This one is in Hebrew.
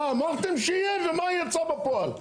מה אמרתם שיהיה ומה יצא בפועל.